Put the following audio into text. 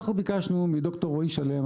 אנחנו ביקשנו מד"ר רועי שלם,